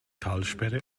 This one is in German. talsperre